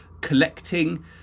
collecting